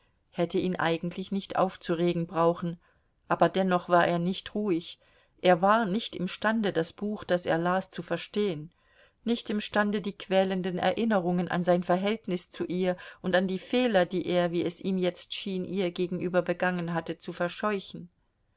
hätte ihn eigentlich nicht aufzuregen brauchen aber dennoch war er nicht ruhig er war nicht imstande das buch das er las zu verstehen nicht imstande die quälenden erinnerungen an sein verhältnis zu ihr und an die fehler die er wie es ihm jetzt schien ihr gegenüber begangen hatte zu verscheuchen